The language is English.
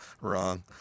Wrong